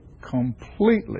completely